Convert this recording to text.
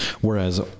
Whereas